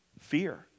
Fear